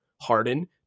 Harden